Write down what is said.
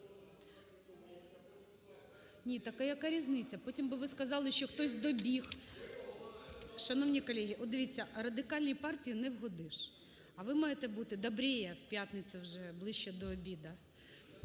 Ні, так а яка різниця? Потім би ви сказали, що хтось добіг… Шановні колеги, от дивіться, Радикальній партії не вгодиш, а ви маєте бути добрішими в п'ятницю, вже ближче до обіду,